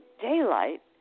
daylight